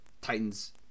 Titans